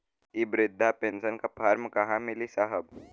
इ बृधा पेनसन का फर्म कहाँ मिली साहब?